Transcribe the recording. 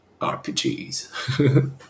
RPGs